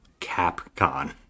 Capcom